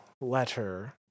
letter